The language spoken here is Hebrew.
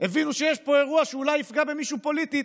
הבינו שיש פה אירוע שאולי יפגע במישהו פוליטית,